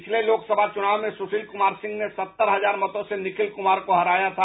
पिछले लोक समा चुनाव में सुशील कुमार सिंह ने सत्तर हजार मतों से निखिल कुमार को हराया था